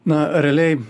na realiai